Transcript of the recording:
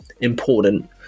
important